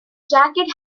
jacket